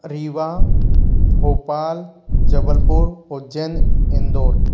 Rewa Bhopal Jabalpur Ujjain Indore